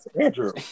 Andrew